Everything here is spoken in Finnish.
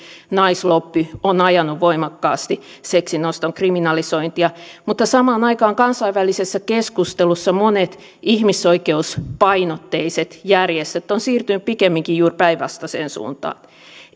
naislobby on ajanut voimakkaasti seksin oston kriminalisointia mutta samaan aikaan kansainvälisessä keskustelussa monet ihmisoikeuspainotteiset järjestöt ovat siirtyneet pikemminkin juuri päinvastaiseen suuntaan